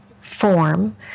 form